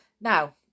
Now